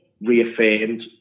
reaffirmed